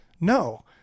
No